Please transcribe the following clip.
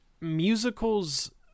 musicals